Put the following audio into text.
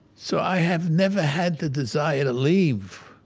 so i have never had the desire to leave.